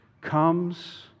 comes